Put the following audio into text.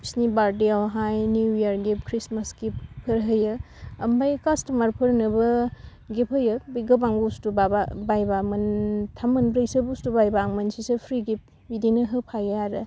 बिसिनि बारदेआवहाय new year gift Christmas गिफ्टफोर होयो ओमफाय खास्थमारफोरनोबो गिफ्ट होयो बे गोबां बुस्थु बाबा बायबा मोनथाम मोनब्रैसो बुस्थु बायबा मोनसेसो फ्रि गिफ्ट बिदिनो होफायो आरो